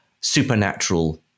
supernatural